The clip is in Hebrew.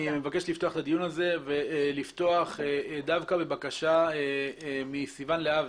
אני מבקש לפתוח את הדיון ולפתוח דווקא בבקשה מסיון להבי,